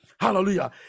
Hallelujah